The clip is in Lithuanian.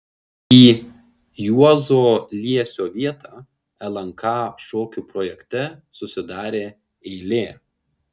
į juozo liesio vietą lnk šokių projekte susidarė eilė